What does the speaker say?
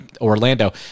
Orlando